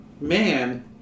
man